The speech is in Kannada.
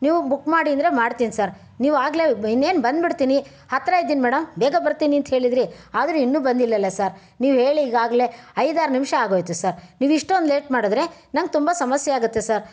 ನೀವು ಬುಕ್ ಮಾಡಿ ಅಂದರೆ ಮಾಡ್ತೀನಿ ಸರ್ ನೀವಾಗಲೇ ಇನ್ನೇನು ಬಂದ್ಬಿಡ್ತೀನಿ ಹತ್ತಿರ ಇದ್ದೀನಿ ಮೇಡಮ್ ಬೇಗ ಬರ್ತೀನಿ ಅಂತ್ಹೇಳಿದ್ರಿ ಆದರೆ ಇನ್ನೂ ಬಂದಿಲ್ಲಲ್ಲಾ ಸರ್ ನೀವು ಹೇಳಿ ಈಗಾಗಲೇ ಐದಾರು ನಿಮಿಷ ಆಗೋಯ್ತು ಸರ್ ನೀವಿಷ್ಟೊಂದು ಲೇಟ್ ಮಾಡಿದ್ರೆ ನಂಗೆ ತುಂಬ ಸಮಸ್ಯೆಯಾಗತ್ತೆ ಸರ್